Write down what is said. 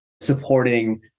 supporting